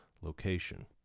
location